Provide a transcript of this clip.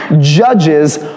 judges